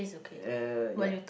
uh ya